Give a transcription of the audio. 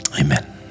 Amen